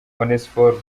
onesphore